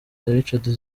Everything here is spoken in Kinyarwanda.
richard